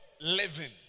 living